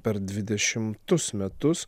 per dvidešimtus metus